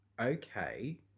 okay